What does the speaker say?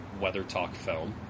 weathertalkfilm